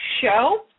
show